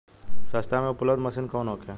सस्ता में उपलब्ध मशीन कौन होखे?